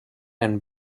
and